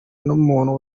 n’umuntu